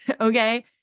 okay